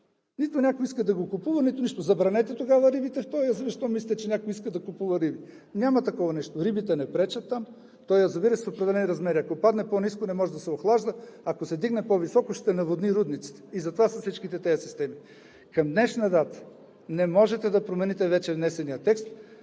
Нито някой иска да го купува, нито нищо. Забранете тогава рибите в този язовир, щом мислите, че някой иска да купува риби. Няма такова нещо. Рибите не пречат там. Този язовир е с определени размери. Ако падне по-ниско, не може да се охлажда, ако се вдигне по-високо, ще наводни рудниците и затова са всички тези системи. Към днешна дата не можете да промените вече внесения текст.